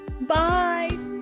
Bye